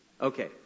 Okay